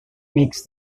makes